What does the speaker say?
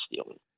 stealing